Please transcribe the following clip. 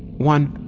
one,